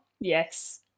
yes